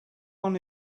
one